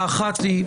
האחת היא,